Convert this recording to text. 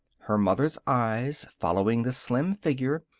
her mother's eyes, following the slim figure,